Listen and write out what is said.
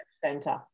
Center